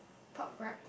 pop what